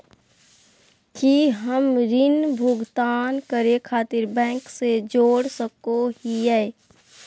की हम ऋण भुगतान करे खातिर बैंक से जोड़ सको हियै?